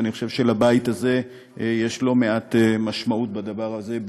ואני חושב שלבית הזה יש לא מעט משמעות בדבר הזה,